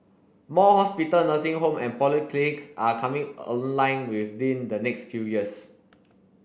more hospital nursing home and polyclinics are coming online within the next few years